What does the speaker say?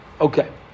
Okay